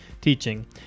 teaching